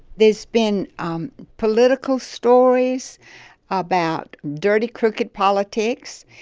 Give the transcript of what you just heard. there's been um political stories about dirty, crooked politics.